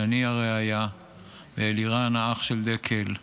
אלברט ושני, הרעיה לירן, האח של דקל,